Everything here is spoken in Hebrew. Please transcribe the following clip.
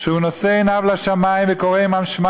שהוא נושא עיניו לשמים וקורא עמם "שמע